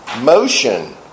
Motion